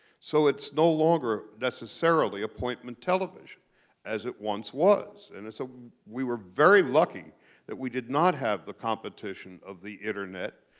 so it's no longer necessarily appointment television as it once was. and so ah we were very lucky that we did not have the competition of the internet,